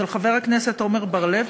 של חבר הכנסת עמר בר-לב,